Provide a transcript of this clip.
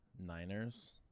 Niners